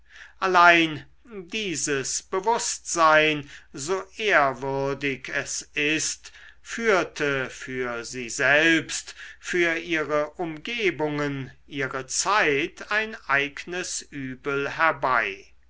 allein dieses bewußtsein so ehrwürdig es ist führte für sie selbst für ihre umgebungen ihre zeit ein eignes übel herbei